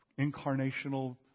incarnational